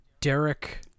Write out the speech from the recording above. Derek